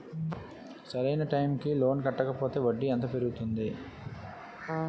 సరి అయినా టైం కి లోన్ కట్టకపోతే వడ్డీ ఎంత పెరుగుతుంది?